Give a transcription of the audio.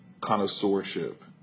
connoisseurship